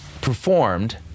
performed